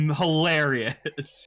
hilarious